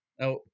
Now